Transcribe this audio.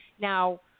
Now